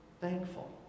thankful